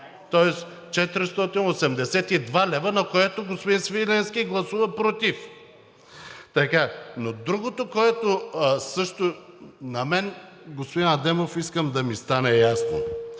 Тоест 482 лв., на което господин Свиленски гласува против. Другото, което също на мен, господин Адемов, искам да ми стане ясно.